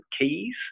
keys